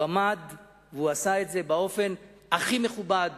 הוא עמד והוא עשה את זה באופן הכי מכובד